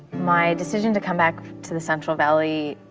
my decision to come back to the central valley